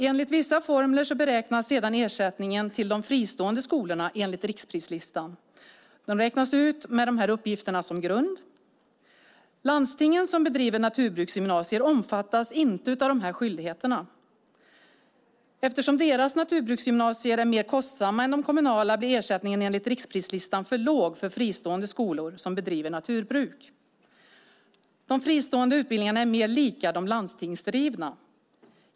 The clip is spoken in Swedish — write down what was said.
Enligt vissa formler beräknas sedan ersättningen till de fristående skolorna enligt riksprislistan med dessa uppgifter som grund. Landstingen som bedriver naturbruksgymnasier omfattas inte av dessa skyldigheter. Eftersom deras naturbruksgymnasier är mer kostsamma än de kommunala blir ersättningen enligt riksprislistan för låg för fristående skolor som bedriver naturbruksutbildning. De fristående utbildningarna är mer lika de landstingsdrivna.